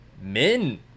men